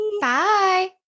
Bye